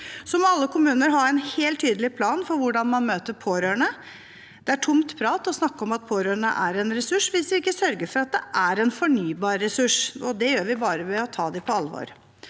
alle kommuner ha en helt tydelig plan for hvordan man møter pårørende. Det er tomt prat å snakke om at pårørende er en ressurs hvis vi ikke sørger for at det er en fornybar ressurs, og det gjør vi bare ved å ta dem på alvor.